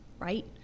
right